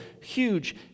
huge